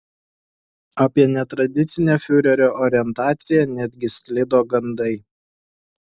apie netradicinę fiurerio orientaciją netgi sklido gandai